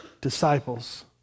disciples